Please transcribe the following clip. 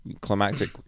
climactic